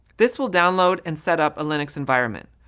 this will download and setup a linux environment.